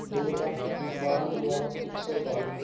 ਦੋ ਲੱਖ ਬਾਰਾਂ ਹਜ਼ਾਰ ਇੱਕ ਸੌ ਬਾਰਾਂ